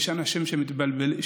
יש אנשים שמתבלבלים.